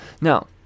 Now